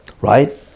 right